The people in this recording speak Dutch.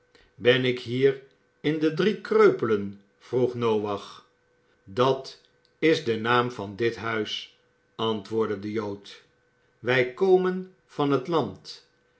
ben ik hier in de drie kreupelen vroeg noach dat is de naam van dit huis antwoordde de jood wij komen van het land